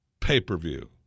Pay-per-view